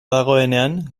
dagoenean